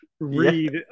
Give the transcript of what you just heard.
read